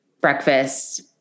breakfast